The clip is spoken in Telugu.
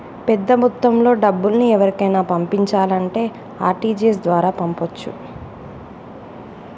పెద్దమొత్తంలో డబ్బుల్ని ఎవరికైనా పంపించాలంటే ఆర్.టి.జి.ఎస్ ద్వారా పంపొచ్చు